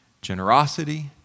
Generosity